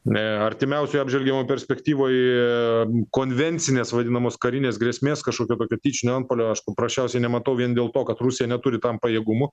ne artimiausioje apžvelgiamoj perspektyvoj konvencinės vadinamos karinės grėsmės kažkokio tokio tyčinio antpuolio aš paprasčiausiai nematau vien dėl to kad rusija neturi tam pajėgumų